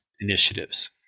initiatives